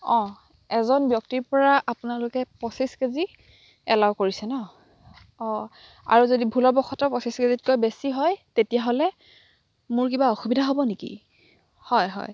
অ' এজন ব্যক্তিৰ পৰা আপোনালোকে পঁচিছ কেজি এলাও কৰিছে ন অঁ আৰু যদি ভুলবশতঃ পঁচিছ কেজিতকৈ বেছি হয় তেতিয়াহ'লে মোৰ কিবা অসুবিধা হ'ব নেকি হয় হয়